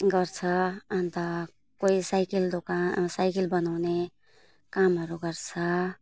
गर्छ अन्त कोही साइकल दोकान साइकल बनाउने कामहरू गर्छ